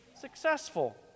successful